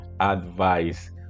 advice